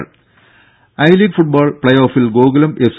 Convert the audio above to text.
ദേദ I League football play ഓഫിൽ Gokulam F